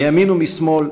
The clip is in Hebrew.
מימין ומשמאל,